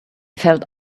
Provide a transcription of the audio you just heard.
felt